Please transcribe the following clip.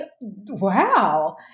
wow